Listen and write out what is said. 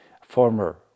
former